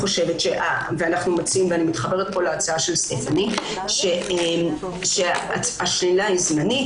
אני מתחברת פה להצעה של סטפני שהשלילה היא זמנית.